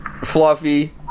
Fluffy